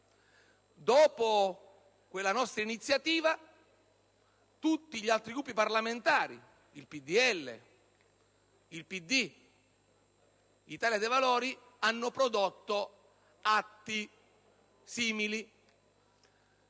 Dopo quella nostra iniziativa tutti gli altri Gruppi parlamentari (il PdL, il PD e l'Italia dei Valori) hanno prodotto atti simili.